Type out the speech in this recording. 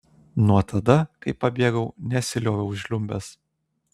nuo tada kai pabėgau nesilioviau žliumbęs